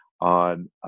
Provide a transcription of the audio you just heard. on